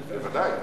בוודאי.